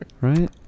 Right